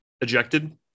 ejected